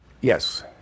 yes